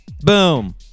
Boom